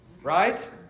Right